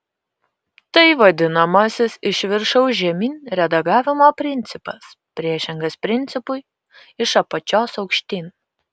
tai vadinamasis iš viršaus žemyn redagavimo principas priešingas principui iš apačios aukštyn